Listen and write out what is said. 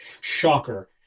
Shocker